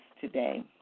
today